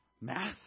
math